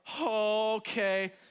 okay